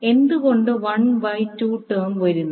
എന്തുകൊണ്ട് 1 by 2 term വരുന്നു